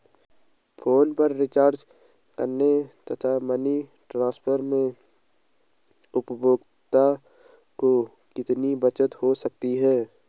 Phone पर recharge करने तथा मनी ट्रांसफर में उपभोक्ता को कितनी बचत हो सकती है?